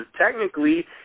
technically